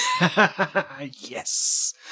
Yes